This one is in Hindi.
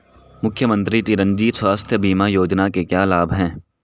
मुख्यमंत्री चिरंजी स्वास्थ्य बीमा योजना के क्या लाभ हैं?